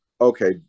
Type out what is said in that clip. okay